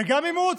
וגם אימוץ.